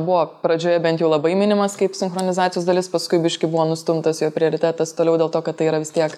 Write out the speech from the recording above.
buvo pradžioje bent jau labai minimas kaip sinchronizacijos dalis paskui biškį buvo nustumtas jo prioritetas toliau dėl to kad tai yra vis tiek